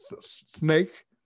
snake